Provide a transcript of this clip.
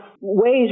ways